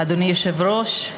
אדוני היושב-ראש,